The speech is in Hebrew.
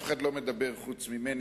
אף אחד לא מדבר חוץ ממני,